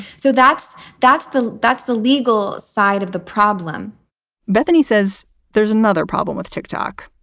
so that's that's the that's the legal side of the problem bethanie says there's another problem with tick tock.